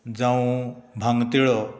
जावूं भांगतिळो